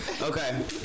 Okay